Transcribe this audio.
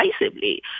decisively